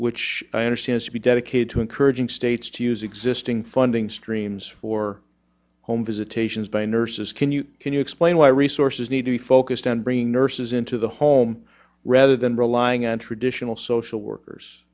which i understand to be dedicated to encouraging states to use existing funding streams for home visitations by nurses can you can you explain why resources need to be focused on bringing nurses into the home rather than relying on traditional social workers